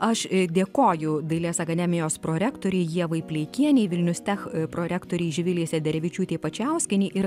aš dėkoju dailės akademijos prorektorei ievai pleikienei vilnius tech prorektorei živilei sederevičiūtei pačijauskienei ir